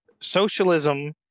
socialism